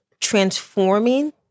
transforming